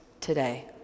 today